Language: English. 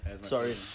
Sorry